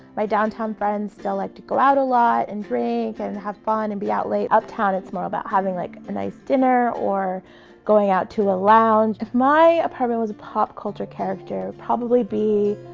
my downtown friends still like to go out a lot, and drink and have fun and be out late. uptown it's more about having like a nice dinner, or going out to a lounge. if my apartment was a pop culture character, it'd probably be